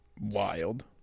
Wild